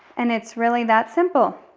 and it's really that simple.